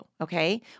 okay